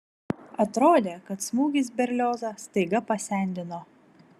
atrodė kad smūgis berliozą staiga pasendino